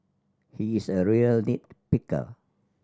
he is a real nit picker